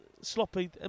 sloppy